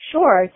Sure